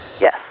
Yes